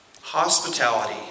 hospitality